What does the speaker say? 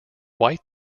white